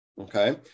Okay